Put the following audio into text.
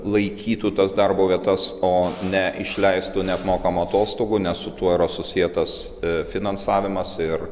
laikytų tas darbo vietas o ne išleistų neapmokamų atostogų nes su tuo yra susietas finansavimas ir